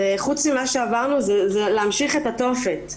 פרט למה שעברנו, זה להמשיך את התופת,